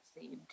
saved